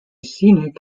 scenic